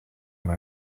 when